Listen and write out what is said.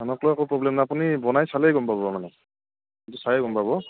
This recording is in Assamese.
ধানক লৈ একো প্ৰব্লেম নাই আপুনি বনাই চালেই গম পাব মানে সেইটো চাই গম পাব